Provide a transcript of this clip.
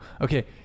okay